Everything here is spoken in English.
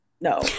No